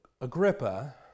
Agrippa